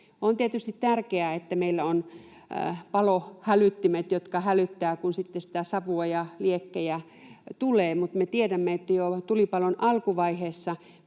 On tietysti tärkeää, että meillä on palohälyttimet, jotka hälyttävät sitten, kun savua ja liekkejä tulee, mutta me tiedämme, että jo tulipalon alkuvaiheessa